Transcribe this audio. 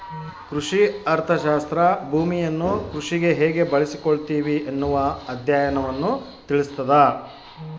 ಕೃಷಿ ಅರ್ಥಶಾಸ್ತ್ರ ಭೂಮಿಯನ್ನು ಕೃಷಿಗೆ ಹೇಗೆ ಬಳಸಿಕೊಳ್ಳುತ್ತಿವಿ ಎನ್ನುವ ಅಧ್ಯಯನವನ್ನು ತಿಳಿಸ್ತಾದ